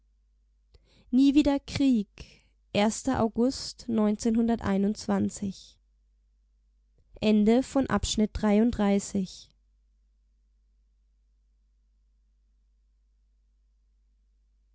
nie wieder krieg august